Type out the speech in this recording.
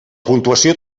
puntuació